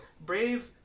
brave